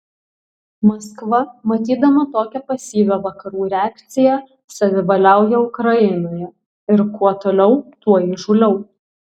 maskva matydama tokią pasyvią vakarų reakciją savivaliauja ukrainoje ir kuo toliau tuo įžūliau